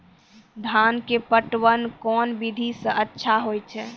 धान के पटवन कोन विधि सै अच्छा होय छै?